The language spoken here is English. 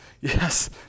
Yes